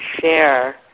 share